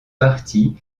parti